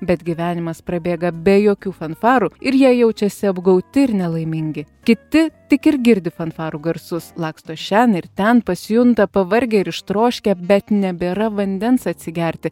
bet gyvenimas prabėga be jokių fanfarų ir jie jaučiasi apgauti ir nelaimingi kiti tik ir girdi fanfarų garsus laksto šen ir ten pasijunta pavargę ir ištroškę bet nebėra vandens atsigerti